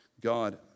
God